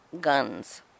guns